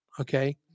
Okay